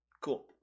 Cool